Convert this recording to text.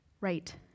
Right